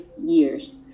years